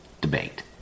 debate